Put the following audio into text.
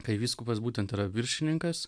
kai vyskupas būtent yra viršininkas